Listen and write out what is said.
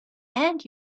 and